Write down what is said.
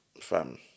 fam